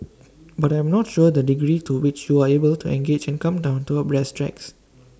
but I'm not sure the degree to which you are able to engage and come down to A brass tacks